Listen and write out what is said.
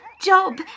job